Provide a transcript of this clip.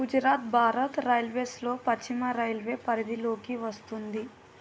గుజరాత్ భారత రైల్వేస్లో పశ్చిమ రైల్వే పరిధిలోకి వస్తుంది